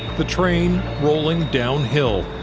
the train, rolling downhill.